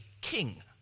king